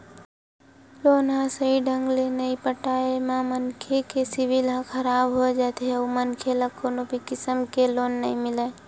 loan ल सहीं ढंग ले नइ पटाए म मनखे के सिविल ह खराब हो जाथे अउ मनखे ल कोनो भी किसम के लोन नइ मिलय